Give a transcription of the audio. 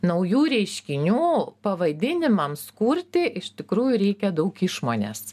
naujų reiškinių pavadinimams kurti iš tikrųjų reikia daug išmonės